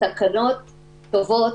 התקנות קובעות,